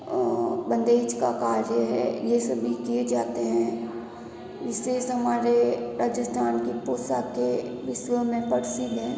और बंदेज का कार्य है यह सभी किए जाते हैं विशेष हमारे राजस्थान की पोशाकें विश्व में प्रसिद्ध है